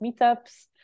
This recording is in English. meetups